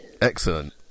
Excellent